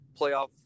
playoff